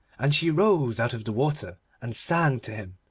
and she rose out of the water and sang to him.